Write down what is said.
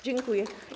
Dziękuję.